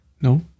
No